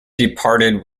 departed